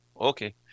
Okay